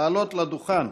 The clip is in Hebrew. לעלות לדוכן